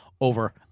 over